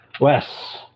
Wes